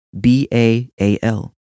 B-A-A-L